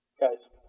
guys